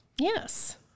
Yes